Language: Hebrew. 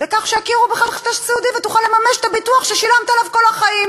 בכך שיכירו בך שאתה סיעודי ותוכל לממש את הביטוח ששילמת עליו כל החיים.